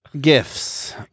Gifts